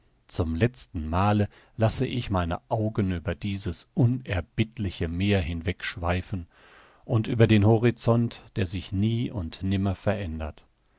zum letzten male lasse ich meine augen über dieses unerbittliche meer hinweg schweifen und über den horizont der sich nie und nimmer verändert